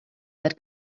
that